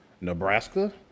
Nebraska